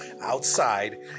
outside